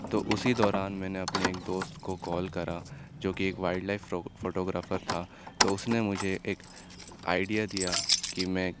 تو اسی دوران میں نے اپنے ایک دوست کو کال کرا جوکہ ایک وائلڈ لائف فرو فوٹوگرافر تھا تو اس نے مجھے ایک آئڈیا دیا کہ میں